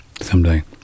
someday